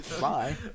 Bye